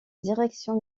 direction